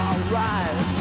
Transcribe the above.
Alright